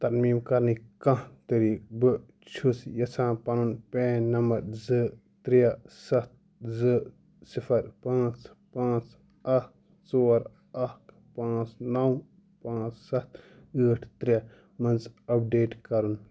ترمیٖم کرنٕکۍ کانٛہہ طریٖقہٕ بہٕ چھُس یژھان پَنُن پین نمبَر زٕ ترٛےٚ سَتھ زٕ صِفَر پانٛژھ پانٛژھ اَکھ ژور اَکھ پانٛژھ نَو پانٛژھ سَتھ ٲٹھ ترٛےٚ منٛز اَپڈیٹ کَرُن